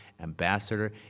ambassador